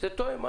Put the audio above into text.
- זה תואם.